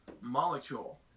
molecule